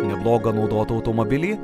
neblogą naudotą automobilį